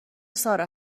سارا